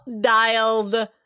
dialed